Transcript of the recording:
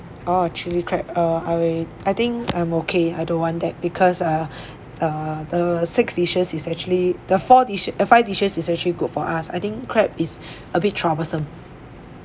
orh chilli crab uh I will I think I'm okay I don't want that because uh err the six dishes is actually the four dis~ five dishes is actually good for us I think crab is a bit troublesome